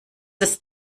ist